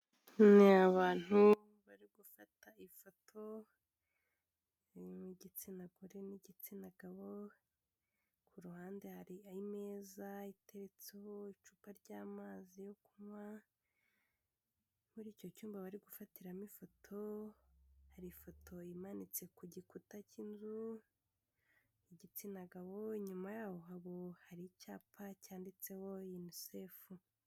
Ni abantu bari gufata ifoto igitsina gore n'igitsina gabo, ku ruhande hari imeza iteretseho icupa ry'amazi yo kunywa, muri icyo cyumba bari gufatiramo ifoto hari ifoto imanitse ku gikuta cy'inzu igitsina gabo, inyuma yaho hari icyapa cyanditseho UNICEFU.